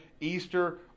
Easter